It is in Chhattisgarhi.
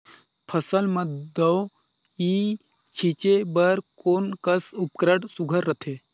फसल म दव ई छीचे बर कोन कस उपकरण सुघ्घर रथे?